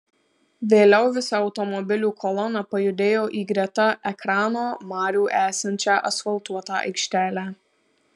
vėliau visa automobilių kolona pajudėjo į greta ekrano marių esančią asfaltuotą aikštelę